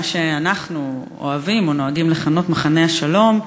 מה שאנחנו אוהבים או נוהגים לכנות "מחנה השלום"